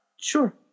sure